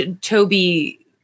Toby